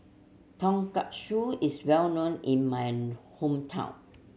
tonkatsu is well known in my hometown